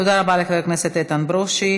תודה רבה לחבר הכנסת איתן ברושי.